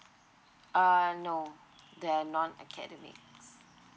uh no they are non academic